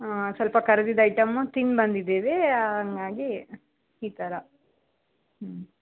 ಹಾಂ ಸ್ವಲ್ಪ ಕರ್ದಿದ್ದ ಐಟಮ್ಮು ತಿಂದು ಬಂದಿದ್ದೀವಿ ಹಂಗಾಗಿ ಈ ಥರ ಹ್ಞೂ